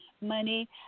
money